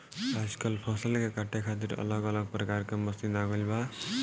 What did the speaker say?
आजकल फसल के काटे खातिर अलग अलग प्रकार के मशीन आ गईल बा